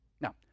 Now